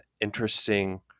interesting